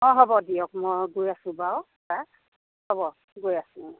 অ হ'ব দিয়ক মই গৈ আছোঁ বাৰু এতিয়া হ'ব গৈ আছোঁ অ